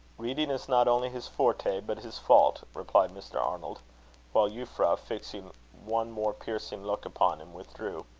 reading is not only his forte but his fault, replied mr. arnold while euphra, fixing one more piercing look upon him, withdrew.